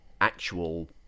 actual